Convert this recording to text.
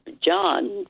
John